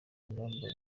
ingamba